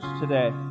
today